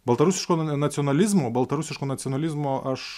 baltarusiško nacionalizmo baltarusiško nacionalizmo aš